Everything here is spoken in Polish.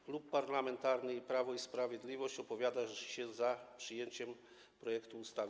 Klub Parlamentarny Prawo i Sprawiedliwość opowiada się za przyjęciem projektu ustawy.